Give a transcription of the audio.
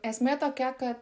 esmė tokia kad